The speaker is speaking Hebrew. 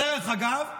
דרך אגב,